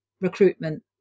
recruitment